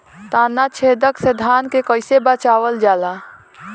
ताना छेदक से धान के कइसे बचावल जाला?